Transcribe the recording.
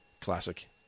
classic